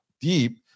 deep